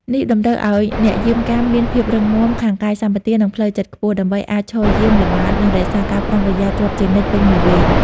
នេះតម្រូវឲ្យអ្នកយាមកាមមានភាពរឹងមាំខាងកាយសម្បទា និងផ្លូវចិត្តខ្ពស់ ដើម្បីអាចឈរយាម ល្បាត និងរក្សាការប្រុងប្រយ័ត្នជាប់ជានិច្ចពេញមួយវេន។